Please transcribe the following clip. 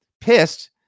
pissed